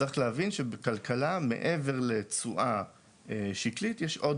צריך להבין שבכלכלה מעבר לתשואה שקלית יש עוד